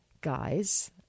guys